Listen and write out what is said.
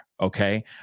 okay